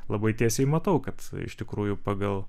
labai tiesiai matau kad iš tikrųjų pagal